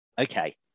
Okay